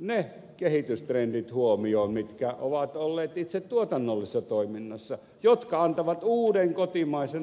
ne kehitystrendit huomioon mitkä ovat olleet itse tuotannollisessa toiminnassa jotka antavat uuden kotimaisen mahdollisuuden